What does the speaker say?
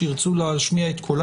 שירצו להשמיע את קולם